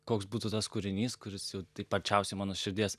koks būtų tas kūrinys kuris jau taip arčiausiai mano širdies